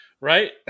right